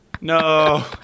no